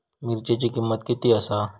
मिरच्यांची किंमत किती आसा?